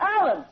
Alan